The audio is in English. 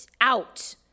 out